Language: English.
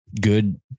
Good